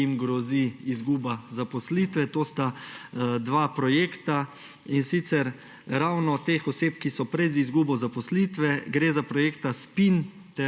ki jim grozi izguba zaposlitve. To sta dva projekta ravno za te osebe, ki so pred izgubo zaposlitve, gre za projekta SPIN